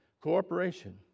cooperation